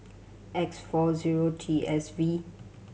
X four zero T S V